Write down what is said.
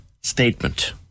statement